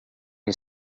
you